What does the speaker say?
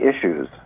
issues